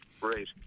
Great